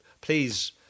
please